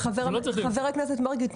חה"כ מרגי,